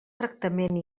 tractament